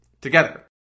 together